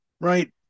Right